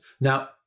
Now